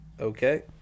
Okay